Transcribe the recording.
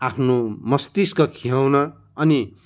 आफ्नो मष्तिक खियाउन अनि